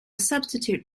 substitute